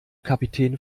kapitän